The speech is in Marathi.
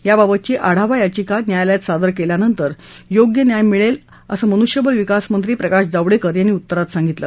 याबाबतची आढावा याचिका न्यायालयात सादर केल्यानंतर योग्य न्याय मिळेल असं मनुष्यबळ विकास मंत्री प्रकाश जावडेकर यांनी उत्तरात सांगितलं